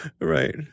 Right